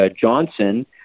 Johnson